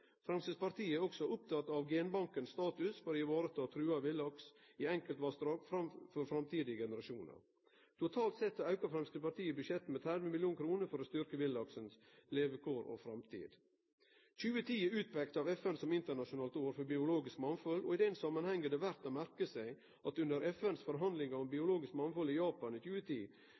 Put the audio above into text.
Framstegspartiet er også oppteke av genbankens status for å ta vare på trua villaks i enkeltvassdrag for framtidige generasjonar. Totalt sett aukar Framstegspartiet budsjettet med 30 mill. kr for å styrkje villaksens levekår og framtid. 2010 er peikt ut av FN som internasjonalt år for biologisk mangfald. I den samanhengen er det verdt å merke seg at ein under FNs forhandlingar om biologisk mangfald i Japan i 2010